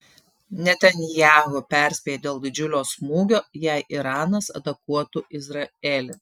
netanyahu perspėja dėl didžiulio smūgio jei iranas atakuotų izraelį